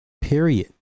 Period